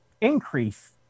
increase